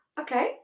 Okay